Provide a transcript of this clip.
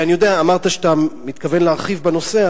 אמרת שאתה מתכוון להרחיב בנושא,